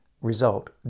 result